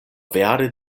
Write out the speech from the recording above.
vere